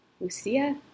Lucia